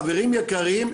חברים יקרים,